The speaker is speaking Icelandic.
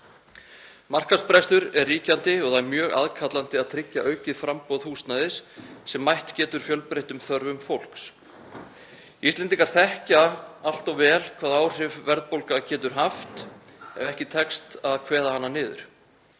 Markaðsbrestur er ríkjandi og það er mjög aðkallandi að tryggja aukið framboð húsnæðis sem mætt getur fjölbreyttum þörfum fólks. Íslendingar þekkja allt of vel hvaða áhrif verðbólga getur haft ef ekki tekst að kveða hana niður.